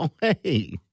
Hey